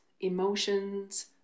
emotions